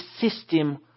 system